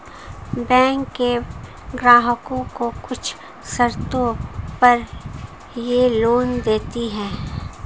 बैकें ग्राहकों को कुछ शर्तों पर यह लोन देतीं हैं